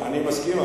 אני מסכים,